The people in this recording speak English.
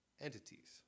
entities